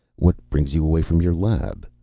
what brings you away from your lab?